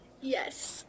Yes